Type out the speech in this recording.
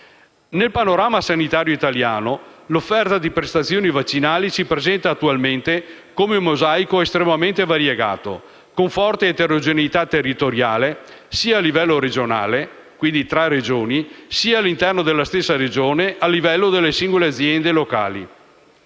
Nel panorama sanitario italiano l'offerta di prestazioni vaccinali si presenta attualmente come un mosaico estremamente variegato, con forte eterogeneità territoriale sia a livello regionale (quindi tra Regioni), sia all'interno della stessa Regione, a livello di singole aziende sanitarie